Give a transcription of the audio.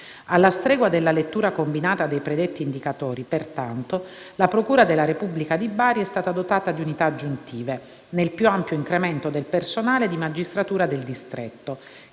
Alla stregua della lettura combinata dei predetti indicatori, pertanto, la procura della Repubblica di Bari è stata dotata di unità aggiuntive, nel più ampio incremento del personale di magistratura del distretto,